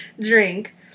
Drink